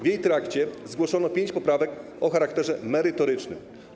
W jej trakcie zgłoszono pięć poprawek o charakterze merytorycznym.